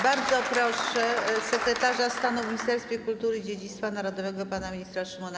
Bardzo proszę sekretarza stanu w Ministerstwie Kultury i Dziedzictwa Narodowego pana ministra Szymona